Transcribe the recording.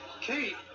Kate